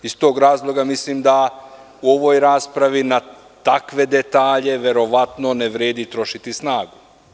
Iz tog razloga mislim da u ovoj raspravi na takve detalje verovatno ne vredi trošiti snagu.